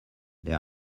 they